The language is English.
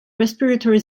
respiratory